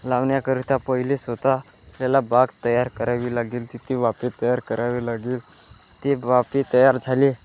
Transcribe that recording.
लावण्याकरिता पहिली स्वतः त्याला बाग तयार करावी लागेल तिथे वाफे तयार करावी लागेल ती वाफे तयार झाली